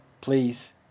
Please